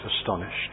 astonished